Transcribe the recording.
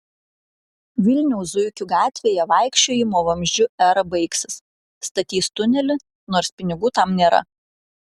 vilniaus zuikių gatvėje vaikščiojimo vamzdžiu era baigsis statys tunelį nors pinigų tam nėra